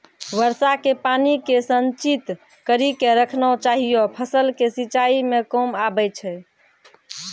वर्षा के पानी के संचित कड़ी के रखना चाहियौ फ़सल के सिंचाई मे काम आबै छै?